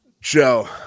Joe